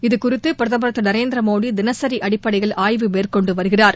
இது குறித்துபிரதமா் திருநரேந்திரமோடிதினசிஅடிப்படையில் ஆய்வு மேற்கொண்டுவருகிறார்